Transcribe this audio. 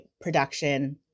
production